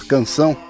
Canção